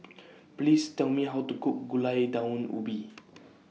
Please Tell Me How to Cook Gulai Daun Ubi